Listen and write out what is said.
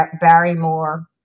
Barrymore